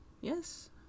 yes